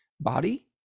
body